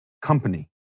company